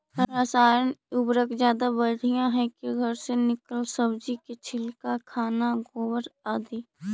रासायन उर्वरक ज्यादा बढ़िया हैं कि घर से निकलल सब्जी के छिलका, खाना, गोबर, आदि?